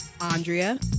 Andrea